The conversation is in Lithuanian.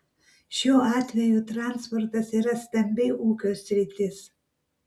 šiuo atveju transportas yra stambi ūkio sritis